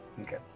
Okay